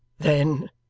then,